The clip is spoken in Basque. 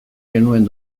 genuen